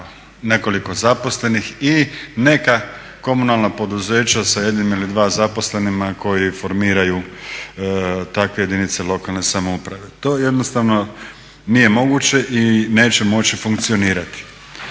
nekoliko zaposlenih i neka komunalna poduzeća sa jednim ili dva zaposlenima koji formiraju takve jedinice lokalne samouprave. To jednostavno nije moguće i neće moći funkcionirati.